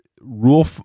rule